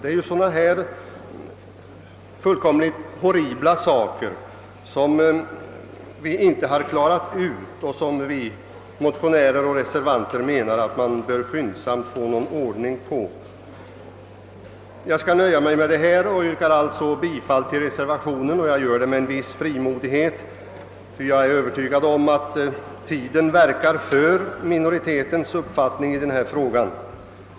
Det är sådana här fullkomligt horribla saker som vi inte har klarat ut och som vi motionärer och reservanter menar att man skyndsamt bör se till att få någon ordning på. Jag skall nöja mig med det anförda och yrkar bifall till reservationen av herr Eric Peterson m.fl. Jag gör det med en viss frimodighet, ty jag är övertygad om att tiden verkar för minoritetens uppfattning i denna fråga.